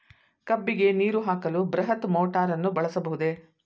ಕಬ್ಬಿಗೆ ನೀರು ಹಾಕಲು ಬೃಹತ್ ಮೋಟಾರನ್ನು ಬಳಸಬಹುದೇ?